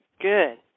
good